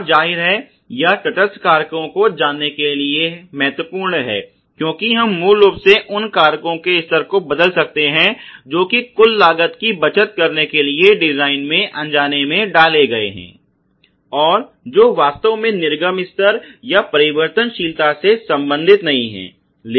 और जाहिर है यह तटस्थ कारकों को जानने के लिए महत्वपूर्ण है क्योंकि हम मूल रूप से उन कारकों के स्तर को बदल सकते हैं जो कि कुल लागत की बचत करने के लिए डिज़ाइन में अनजाने में डाले गए हैं और जो वास्तव में निर्गम स्तर या परिवर्तनशीलता से संबंधित नहीं है